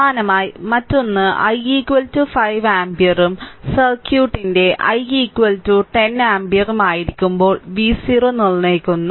സമാനമായി മറ്റൊന്ന് i 5 ആമ്പിയറും സർക്യൂട്ടിന്റെ i 10 ആമ്പിയറും ആയിരിക്കുമ്പോൾ v0 നിർണ്ണയിക്കുന്നു